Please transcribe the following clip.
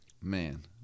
man